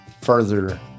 further